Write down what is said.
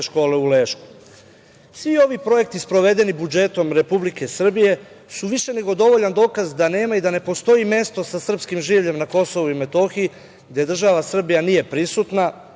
škole u Lešku. Svi ovi, projekti sprovedeni budžetom Republike Srbije, su više nego dovoljan dokaz da nema i da ne postoji mesto sa srpskim življem na Kosovu i Metohiji gde država Srbija nije prisutna,